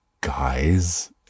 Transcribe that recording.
Guys